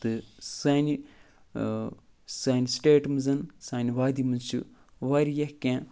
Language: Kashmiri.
تہٕ سانہِ سانہِ سِٹیٹ منٛز سانہِ وادی منٛز چھِ واریاہ کیٚنہہ